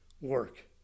work